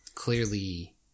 clearly